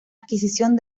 adquisición